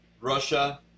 Russia